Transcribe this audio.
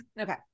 Okay